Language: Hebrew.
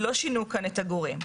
לא שינו כאן את הגורם.